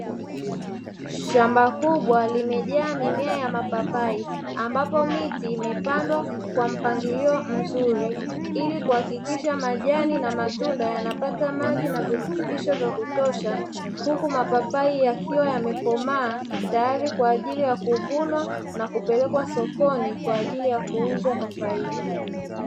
Shamba kubwa limejaa miti ya mipapai ambapo miti imepandwa kwa mpangilio mzuri ili kuhakikisha majani na matunda yanapata maji na vilutubisho vya kutosha huku mapapai yakiwa yamekomaa tayari kwa ajiri ya kuvunwa na kupelekwa sokoni kwa ajiri ya kuuzwa